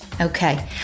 Okay